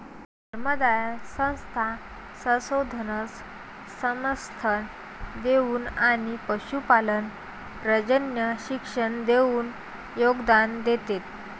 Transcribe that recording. धर्मादाय संस्था संशोधनास समर्थन देऊन आणि पशुपालन प्रजनन शिक्षण देऊन योगदान देते